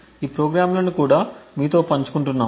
ఈ ప్రోగ్రామ్లను కూడా మీతో పంచుకుంటున్నాము